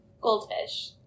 Goldfish